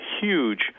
huge